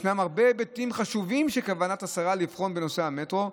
ישנם הרבה היבטים חשובים שבכוונת השרה לבחון בנושא המטרו,